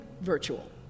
virtual